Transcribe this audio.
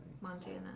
Montana